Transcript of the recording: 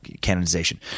canonization